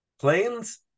Planes